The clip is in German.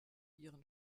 ihren